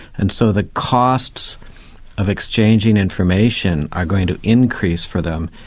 and so the costs of exchanging information are going to increase for them,